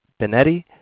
Benetti